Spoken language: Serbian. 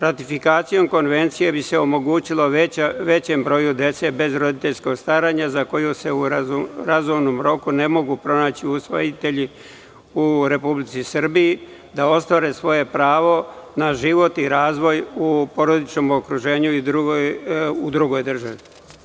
Ratifikacijom Konvencije bi se omogućilo većem broju dece bez roditeljskog staranja, za koju se u razumnom roku ne mogu pronaći usvojitelji u Republici Srbiji, da ostvare svoje pravo na život i razvoj u porodičnom okruženju u drugoj državi.